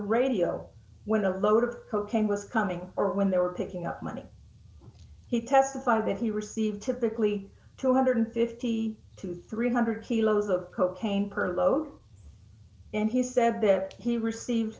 radio when a load of cocaine was coming or when they were picking up money he testified that he received typically two hundred and fifty two thousand three hundred kilos of cocaine per load and he said that he received